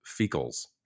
fecals